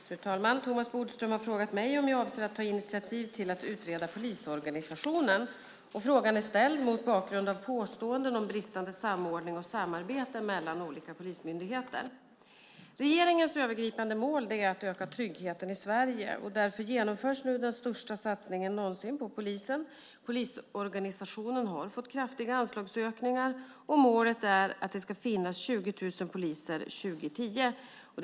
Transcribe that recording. Fru talman! Thomas Bodström har frågat mig om jag avser att ta initiativ till att utreda polisorganisationen. Frågan är ställd mot bakgrund av påståenden om bristande samordning och samarbete mellan olika polismyndigheter. Regeringens övergripande mål är att öka tryggheten i Sverige. Därför genomförs nu den största satsningen någonsin på polisen. Polisorganisationen har fått kraftiga anslagsökningar. Målet är att det ska finnas 20 000 poliser år 2010.